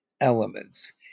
elements